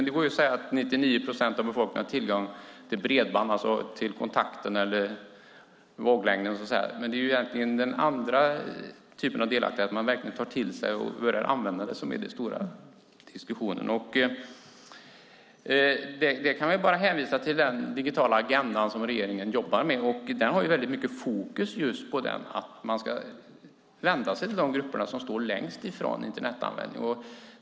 Det går att säga att 99 procent av befolkningen har tillgång till bredband, till kontakten eller våglängden, men det är egentligen den andra typen av delaktighet vi talar om, att man verkligen tar till sig och börjar använda det som är den stora diskussionen. Där kan vi bara hänvisa till den digitala agenda som regeringen jobbar med. Den har väldigt mycket fokus just på att man ska vända sig till de grupper som står längst ifrån Internetanvändning.